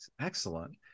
excellent